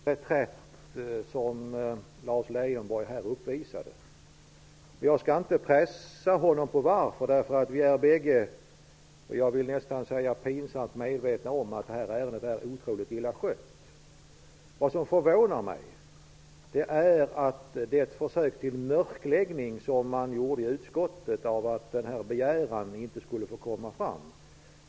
Herr talman! Det var en med hänsyn till ärendets karaktär ganska snygg och konsekvent reträtt som Lars Leijonborg här uppvisade. Jag skall inte pressa honom på varför, eftersom vi bägge är nästan pinsamt medvetna om att ärendet är otroligt illa skött. Vad som förvånar mig är att de borgerliga ledamöterna i utskottet nu tar upp den begäran som man tidigare försökte mörklägga.